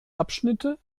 abschnitte